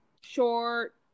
Short